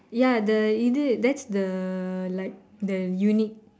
ya the இது:ithu that's the like the unique